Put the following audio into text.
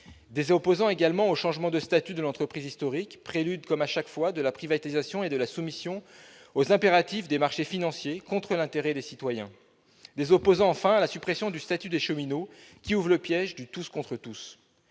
le serons aussi au changement de statut de l'entreprise historique, prélude, comme à chaque fois, à la privatisation et à la soumission aux impératifs des marchés financiers, contre l'intérêt des citoyens. Opposants, enfin, nous le serons à la suppression du statut des cheminots, qui ouvre le piège du « tous contre tous ».